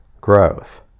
growth